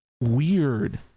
weird